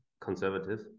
conservative